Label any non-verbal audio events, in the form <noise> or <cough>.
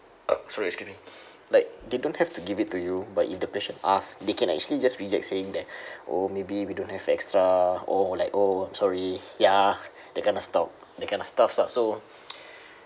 sorry excuse me <breath> like they don't have to give it to you but if the patient asked they can actually just reject saying that <breath> oh maybe we don't have extra or like oh I'm sorry ya that kind of stuff that kind of stuffs lah so <breath>